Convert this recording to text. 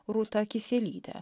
rūta kisielytė